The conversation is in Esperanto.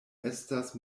estas